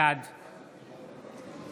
בעד